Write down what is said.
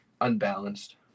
unbalanced